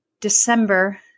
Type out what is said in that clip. December